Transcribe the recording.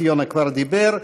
יוסי יונה כבר דיבר,